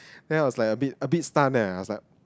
then I was like a bit a bit stunned ah I suck